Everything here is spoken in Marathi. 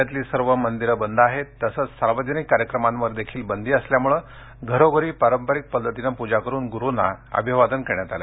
राज्यातली सर्व मंदिरं बंद आहेत तसंच सार्वजनिक कार्यक्रमांवरही बंदी असल्यामुळे घरोघरी पारंपारिक पद्धतीने पूजा करून ग्रूंना अभिवादन करण्यात आलं